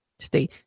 Stay